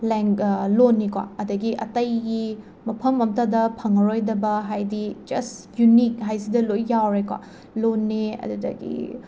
ꯂꯦꯡ ꯂꯣꯟꯅꯤꯀꯣ ꯑꯗꯒꯤ ꯑꯇꯩꯒꯤ ꯃꯐꯝ ꯑꯝꯇꯗ ꯐꯪꯂꯔꯣꯏꯗꯕ ꯍꯥꯏꯗꯤ ꯖꯁ ꯌꯨꯅꯤꯛ ꯍꯥꯏꯁꯤꯗ ꯂꯣꯏ ꯌꯥꯎꯔꯦꯀꯣ ꯂꯣꯟꯅꯦ ꯑꯗꯨꯗꯒꯤ